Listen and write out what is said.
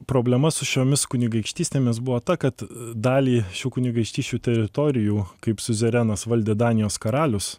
problema su šiomis kunigaikštystėmis buvo ta kad dalį šių kunigaikštysčių teritorijų kaip siuzerenas valdė danijos karalius